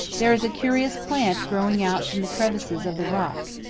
there is a curious plant growing out from the crevices of the rock.